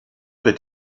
wird